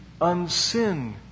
unsin